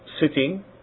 sitting